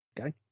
Okay